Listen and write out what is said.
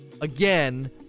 Again